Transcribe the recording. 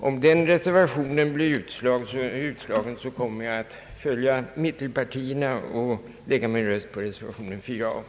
Om den reservationen blir utslagen kommer jag att följa mittenpartierna och lägga min röst på reservation nr 4 a.